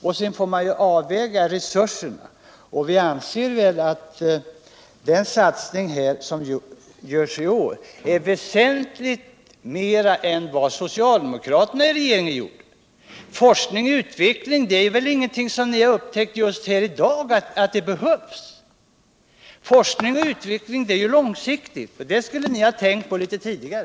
Här får vi naturligtvis av väga resurserna. Men vi anser att den satsning som görs i år är väsentligt större än vad socialdemokraterna gjorde i regeringsställning. Inte har vi väl just i dag upptäckt att forskning och utveckling behövs! Forskning och utveckling är ju något långsiktigt — det skulle ni ha tänkt på litet tidigare.